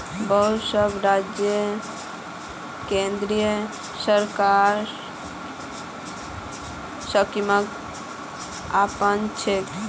बहुत सब राज्य केंद्र सरकारेर स्कीमक अपनाछेक